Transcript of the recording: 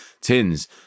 tins